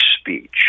speech